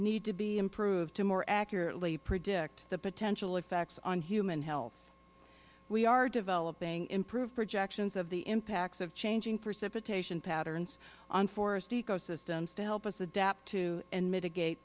need to be improved to more accurately predict the potential effects on human health we are developing improved projections of the impacts of changing precipitation patterns on forest ecosystems to help us adapt to and mitigate